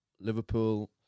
Liverpool